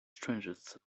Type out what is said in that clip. strangest